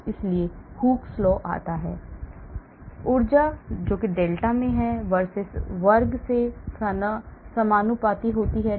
इसलिए Hooke's law आता है ऊर्जा डेल्टा x वर्ग के समानुपाती होती है